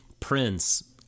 Prince